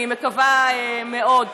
אני מקווה מאוד.